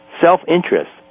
Self-interest